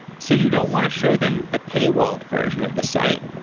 so you don't want to show them the paywalled version of the site.